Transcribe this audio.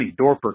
Dorper